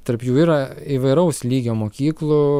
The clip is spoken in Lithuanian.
tarp jų yra įvairaus lygio mokyklų